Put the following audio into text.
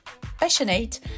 Passionate